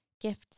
gifts